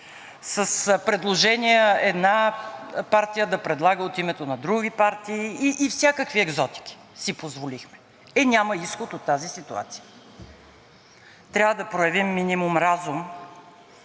с предложения една партия да предлага от името на други партии и всякакви екзотики си позволихме. Е, няма изход от тази ситуация. Трябва да проявим минимум разум,